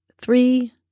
three